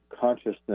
consciousness